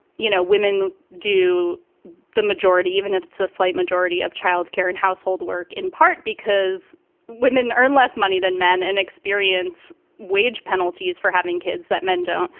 you know, women do the majority, even if it's a slight majority of childcare and household work, in part because women earn less money than men and experience wage penalties for having kids that men don't.